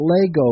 lego